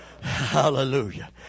Hallelujah